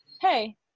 hey